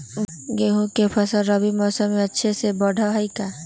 गेंहू के फ़सल रबी मौसम में अच्छे से बढ़ हई का?